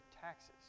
taxes